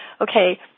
okay